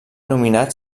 nominat